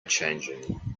changing